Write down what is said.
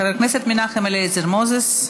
חבר הכנסת מנחם אליעזר מוזס.